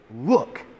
look